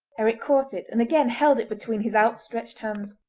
eric caught it, and again held it between his outstretched hands.